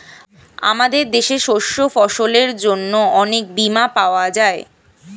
আমাদের দেশে শস্য ফসলের জন্য অনেক বীমা পাওয়া যায়